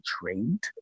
trained